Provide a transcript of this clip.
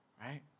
Right